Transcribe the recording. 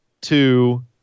two